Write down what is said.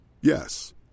Yes